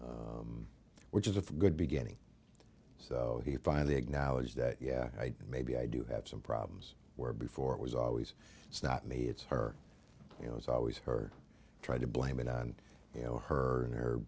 which is a good beginning so he finally acknowledged that yeah i maybe i do have some problems where before it was always it's not me it's her you know it's always her trying to blame it on you know her